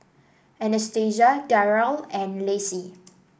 Anastasia Daryle and Lacy